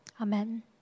Amen